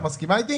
את מסכימה אותי?